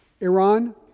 Iran